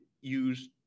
use